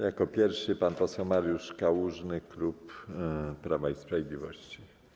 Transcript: Jako pierwszy - pan poseł Mariusz Kałużny, klub Prawa i Sprawiedliwości.